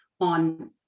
on